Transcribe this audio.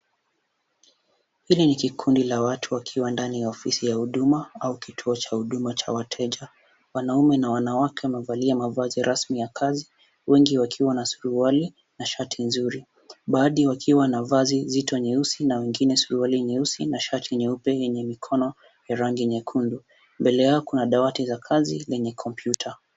Hili ni kikundi la watu wakiwa ndani ya ofisi ya huduma au kituo cha huduma cha wateja. Wanaume na wanawake wamevalia mavazi rasmi ya kazi, wengi wakiwa na suruali na shati nzuri. Baadhi wakiwa na vazi zito nyeusi na wengine suruali nyeusi na shati nyeupe yenye mikono ya rangi nyekundu. Mbele yao kuna dawati za kazi lenye kompyuta.